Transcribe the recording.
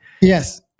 Yes